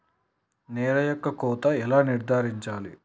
నేల యొక్క కోత ఎలా నిర్ధారించాలి?